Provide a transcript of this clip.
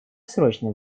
срочно